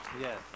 Yes